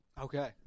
Okay